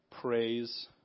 praise